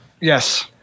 yes